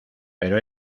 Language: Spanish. pero